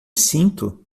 sinto